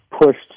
pushed